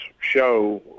show